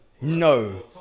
no